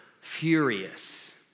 furious